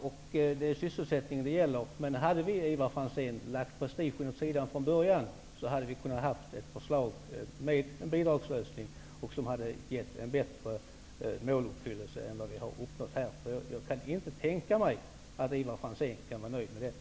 Det gäller sysselsättningen. Men hade vi, Ivar Franzén, lagt prestigen åt sidan från början, hade vi kunnat få ett förslag med en bidragslösning som hade gett en bättre måluppfyllelse än vad vi uppnått här. Jag kan inte tänka mig att Ivar Franzén kan vara nöjd med detta.